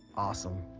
awesome.